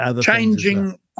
changing